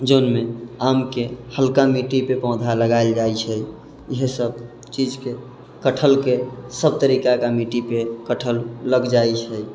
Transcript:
जाहिमे आमके हल्का मिट्टीपर पौधा लगाएल जाइ छै इएहसब चीजके कटहलके सब तरिकाके मिट्टीपर कटहल लगि जाइ छै